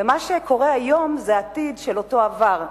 מה שקורה היום זה עתיד של אותו עבר,